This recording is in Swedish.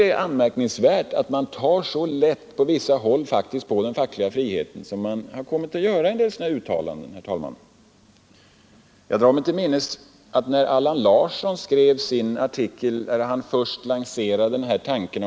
Det är klart att vad som på ett visst område kan tyckas vara byråkrati kan bero på att det finns för få personer som skall klara de förelagda uppgifterna. Det blir köer.